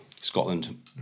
Scotland